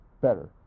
better